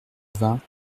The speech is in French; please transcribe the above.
vingts